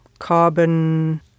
carbon